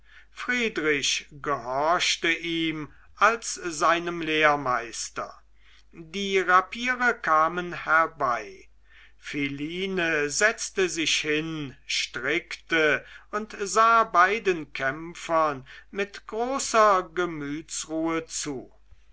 friedrich gehorchte ihm als seinem lehrmeister die rapiere kamen herbei philine setzte sich hin strickte und sah beiden kämpfern mit großer gemütsruhe zu